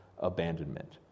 abandonment